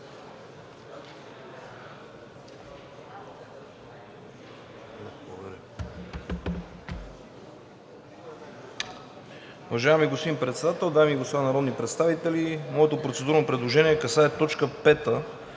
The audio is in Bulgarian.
Уважаеми господин Председател, дами и господа народни представители! Моето процедурно предложение касае точка 5